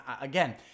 again